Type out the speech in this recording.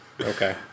Okay